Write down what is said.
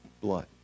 blood